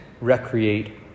recreate